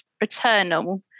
Returnal